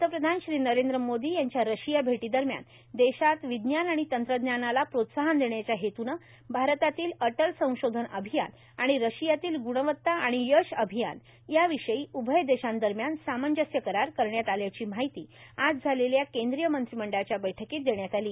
पंतप्रधान नरेंद्र मोदी यांच्या रशिया भेटी दरम्यान देशात विज्ञान आणि तंत्रज्ञानाला प्रोत्साहन देण्याच्या हेतून भारतातील अटल संशोधन अभियान आणि रशियातील ग्णवत्ता आणि यश अभियान या विषयी उभय देशांदरम्यान सामंजस्य करार करण्यात आल्याची माहिती आज झालेल्या केंद्रीय मंत्रीमंडळाच्या बैठकीत देण्यात आली